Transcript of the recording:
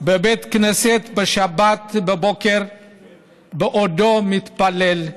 בבית כנסת בשבת בבוקר בעודו מתפלל.